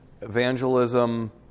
evangelism